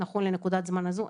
נכון לנקודת זמן הזו,